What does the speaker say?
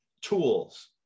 tools